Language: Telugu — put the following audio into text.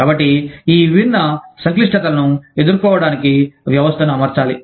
కాబట్టి ఈ విభిన్న సంక్లిష్టతలను ఎదుర్కోవటానికి వ్యవస్థను అమర్చాలి